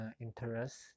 interest